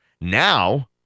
Now –